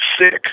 sick